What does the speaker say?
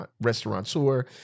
restaurateur